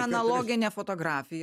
analoginė fotografija